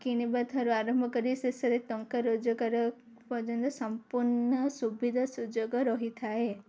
କିଣିବାଠାରୁ ଆରମ୍ଭ କରି ଶେଷରେ ଟଙ୍କା ରୋଜଗାର ପର୍ଯ୍ୟନ୍ତ ସମ୍ପୂର୍ଣ୍ଣ ସୁବିଧା ସୁଯୋଗ ରହିଥାଏ